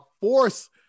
force